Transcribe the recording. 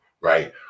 Right